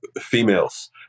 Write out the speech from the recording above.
females